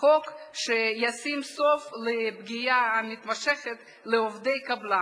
חוק שישים סוף לפגיעה המתמשכת בעובדי קבלן.